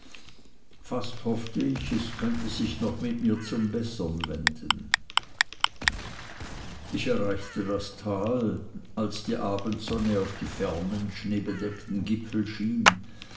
fast hoffte ich es könnte sich noch mit mir zum bessern wenden ich erreichte das tal als die abendsonne auf die fernen schneebedeckten gipfel schien